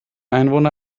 einwohner